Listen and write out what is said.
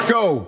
go